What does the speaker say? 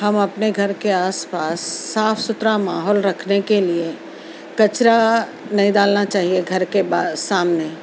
ہم اپنے گھر کے آس پاس صاف ستھرا ماحول رکھنے کے لیے کچرا نہیں ڈالنا چاہیے گھر کے با سامنے